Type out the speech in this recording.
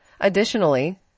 Additionally